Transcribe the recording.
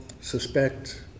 suspect